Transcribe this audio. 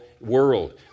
world